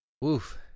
woof